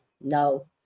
No